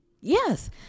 yes